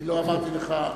אני לא אמרתי לך,